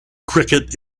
cricket